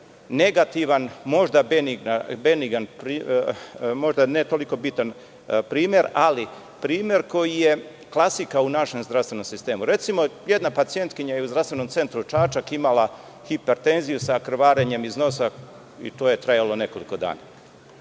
negativan možda beningni, možda ne tako bitan primer, ali primer koji je klasika u našem zdravstvenom sistemu. Recimo, jedna pacijentkinja je u Zdravstvenom centru Čačak imala hipertenziju sa krvarenjem iz nosa i to je trajalo nekoliko dana.